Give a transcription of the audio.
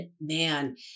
man